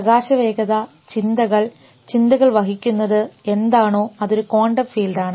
പ്രകാശവേഗത ചിന്തകൾ ചിന്തകൾ വഹിക്കുന്നത് എന്താണോ അതൊരു ക്വാണ്ടം ഫീൽഡ് ആണ്